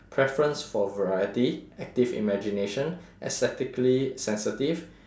preference for variety active imagination aesthetically sensitive